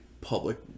Public